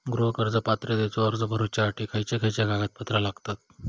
गृह कर्ज पात्रतेचो अर्ज भरुच्यासाठी खयचे खयचे कागदपत्र लागतत?